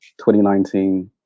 2019